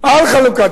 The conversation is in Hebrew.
על חלוקת